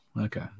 Okay